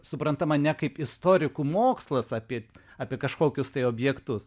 suprantama ne kaip istorikų mokslas apie apie kažkokius tai objektus